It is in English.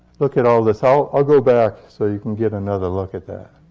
look at all this. i'll i'll go back so you can get another look at that.